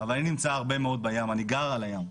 אבל אני נמצא הרבה מאוד בים, אני גר על הים.